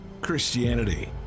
Christianity